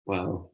Wow